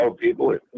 people